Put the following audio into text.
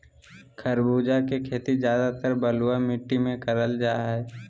खरबूजा के खेती ज्यादातर बलुआ मिट्टी मे करल जा हय